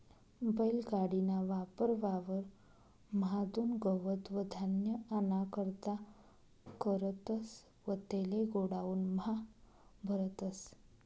बैल गाडी ना वापर वावर म्हादुन गवत व धान्य आना करता करतस व तेले गोडाऊन म्हा भरतस